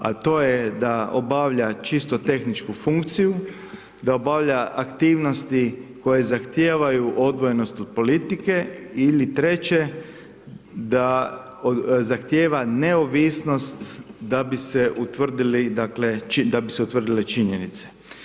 A to je da obavlja čisto tehničku funkciju, da obavlja aktivnosti koji zahtijevaju odvojenost od politike ili treće da zahtijeva neovisnost da bi se utvrdili, dakle da bi se utvrdile činjenice.